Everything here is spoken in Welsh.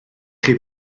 chi